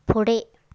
पुढे